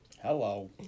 Hello